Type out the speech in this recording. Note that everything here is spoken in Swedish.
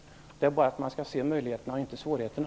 Det gäller bara att se möjligheterna och inte svårigheterna.